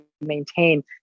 maintain